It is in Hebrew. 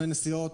סוכני נסיעות,